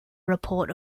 report